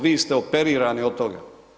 Vi ste operirani od toga.